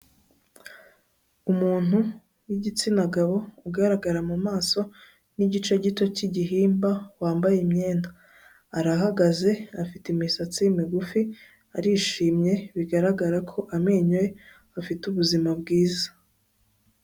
Umuntu w'igitsina gabo ugaragara mu maso n'igice gito cyigihimba wambaye imyenda, arahagaze afite imisatsi migufi arishimye, bigaragara ko amenyo ye afite ubuzima bwiza.